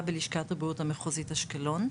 בלשכת הבריאות המחוזית אשקלון.